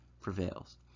prevails